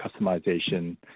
customization